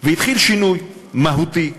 התחיל שינוי מהותי: